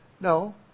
No